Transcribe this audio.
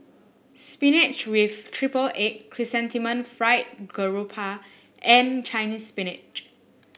Spinach with Triple Egg Chrysanthemum Fried Garoupa and Chinese Spinach